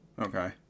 Okay